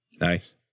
Nice